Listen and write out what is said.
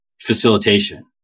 facilitation